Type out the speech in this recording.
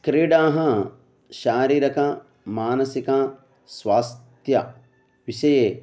क्रीडाः शारीरिक मानसिक स्वास्थ्य विषये